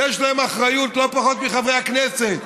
שיש להם אחריות לא פחות מחברי הכנסת,